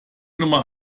nummer